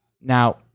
now